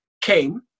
came